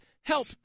help